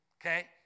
Okay